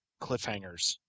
cliffhangers